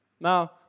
Now